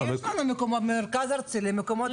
המרכז הארצי למקומות הקדושים.